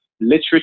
literature